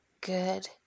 good